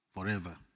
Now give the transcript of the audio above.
forever